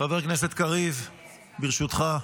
חבר הכנסת קריב, ברשותך,